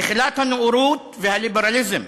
תחילת הנאורות והליברליזם,